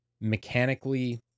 mechanically